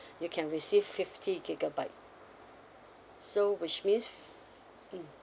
you can receive fifty gigabyte so which means mm